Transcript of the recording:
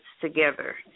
together